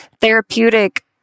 therapeutic